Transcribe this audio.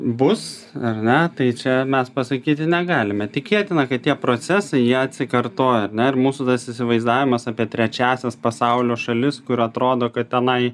bus ar ne tai čia mes pasakyti negalime tikėtina kad tie procesai jie atsikartoja ar ne ir mūsų tas įsivaizdavimas apie trečiąsias pasaulio šalis kur atrodo kad tenai